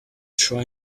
try